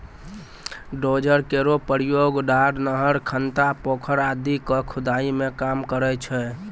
dozer केरो प्रयोग डार, नहर, खनता, पोखर आदि क खुदाई मे काम करै छै